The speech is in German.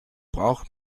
braucht